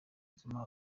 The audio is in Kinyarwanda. zuma